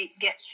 get